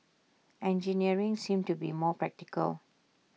engineering seemed to be more practical